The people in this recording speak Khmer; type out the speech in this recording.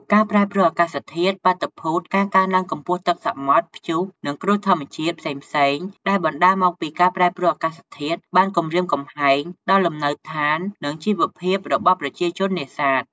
ការប្រែប្រួលអាកាសធាតុ បាតុភូត ការកើនឡើងកម្ពស់ទឹកសមុទ្រ ព្យុះ និង គ្រោះធម្មជាតិ ផ្សេងៗដែលបណ្តាលមកពីការប្រែប្រួលអាកាសធាតុ បានគំរាមកំហែងដល់លំនៅឋាន និងជីវភាពរបស់ប្រជាជននេសាទ។